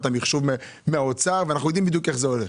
את המחשוב מהאוצר ואנחנו יודעים בדיוק איך זה קורה.